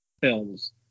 films